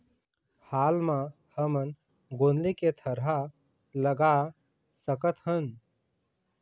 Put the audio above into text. हाल मा हमन गोंदली के थरहा लगा सकतहन?